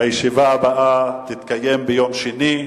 הישיבה הבאה תתקיים ביום שני,